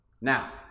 Now